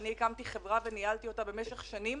אני הקמתי חברה וניהלתי אותה במשך שנים.